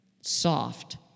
soft